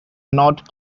not